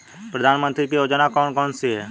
प्रधानमंत्री की योजनाएं कौन कौन सी हैं?